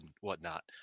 whatnot